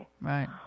right